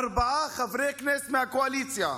ארבעה חברי כנסת מהקואליציה,